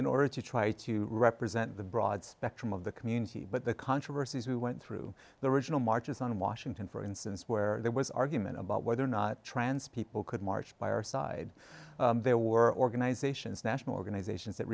in order to try to represent the broad spectrum of the community but the controversies we went through the original marches on washington for instance where there was argument about whether or not trans people could march by our side there were organizations national organizations that